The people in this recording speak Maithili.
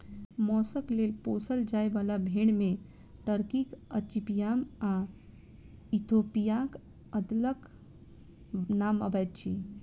मौसक लेल पोसल जाय बाला भेंड़ मे टर्कीक अचिपयाम आ इथोपियाक अदलक नाम अबैत अछि